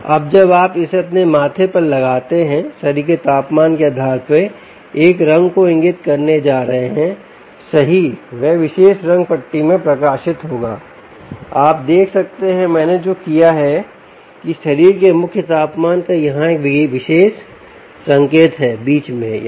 अब जब आप इसे अपने माथे पर लगाते हैं शरीर के तापमान के आधार पर एक रंग को इंगित करने जा रहा है सही वह विशेष रंग पट्टी में प्रकाशित होगाआप देख सकते हैं मैंने जो किया है कि शरीर के मुख्य तापमान का यहाँ एक विशेष संकेत है बीच में यहाँ